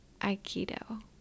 Aikido